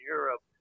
Europe